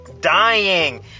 dying